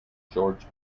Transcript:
george